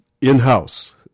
in-house